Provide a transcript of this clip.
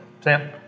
Sam